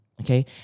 okay